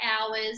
hours